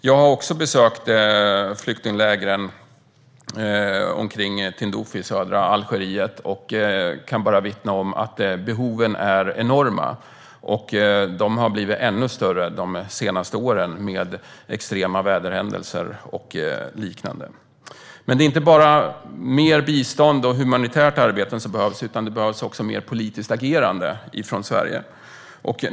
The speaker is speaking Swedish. Jag har också besökt flyktinglägren omkring Tindouf i södra Algeriet och kan vittna om att behoven är enorma. De har blivit ännu större de senaste åren i och med extrema väderhändelser och liknande. Men det är inte bara mer bistånd och humanitärt arbete som behövs, utan det behövs också mer politiskt agerande från Sverige.